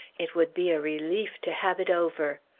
it would be a relief to have it over.